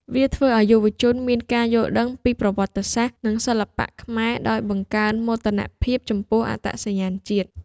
វាធ្វើឲ្យយុវជនមានការយល់ដឹងពីប្រវត្តិសាស្ត្រ និងសិល្បៈខ្មែរ ហើយបង្កើនមោទនភាពចំពោះអត្តសញ្ញាណជាតិ។